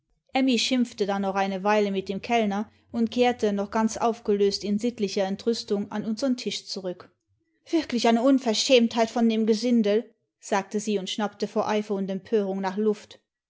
schimpfte dann noch eine weile mit dem kellner und kehrte noch ganz aufgelöst in sittlicher entrüstung an unseren tisch zurück wirklich eine unverschämtheit von dem gesindel sagte sie und schnappte vor eifer und empörung nach luft